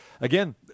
again